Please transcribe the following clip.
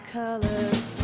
colors